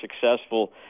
successful